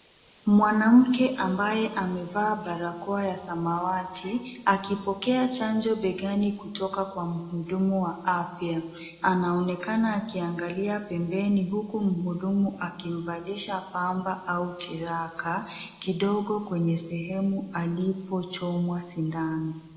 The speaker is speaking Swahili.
Mwanamke ambaye amevaa barakoa ya samawati ,akipokea chanjo begani kutoka kwa muhudumu wa afya. Anaonekana akiangalia pembeni huku muudumu akimbalisha pamba au kiraka kodogo kwenye sehemu alipochomwa shindano.